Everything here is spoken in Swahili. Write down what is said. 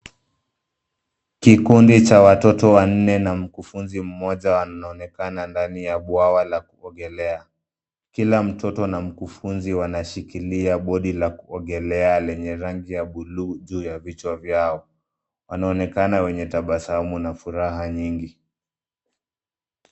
Kikundi cha watoto wanne na mkufunzi mmoja wanaonekana ndani ya bwawa la kuogelea. Kila mtoto na mkufunzi wanashikilia bodi la kuogelea lenye rangi ya buluu juu ya vichwa vyao. Wanaonekana wenye tabasamu na furaha nyingi.